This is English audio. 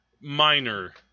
minor